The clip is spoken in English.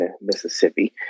Mississippi